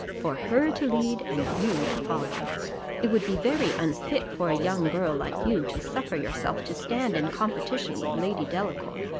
for her to lead and you to follow it would be very unfit for a young girl like you to suffer yourself to stand in competition with lady delacour,